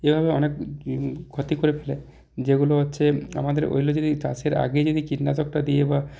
এইভাবে অনেক ক্ষতি করে ফেলে যেগুলো হচ্ছে আমাদের চাষের আগেই যদি কীটনাশকটা দিয়েই বা